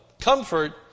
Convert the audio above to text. Comfort